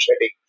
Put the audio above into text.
shedding